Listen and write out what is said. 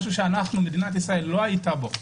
משהו שמדינת ישראל לא הייתה בו.